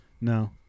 No